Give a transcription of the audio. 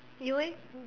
you eh